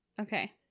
Okay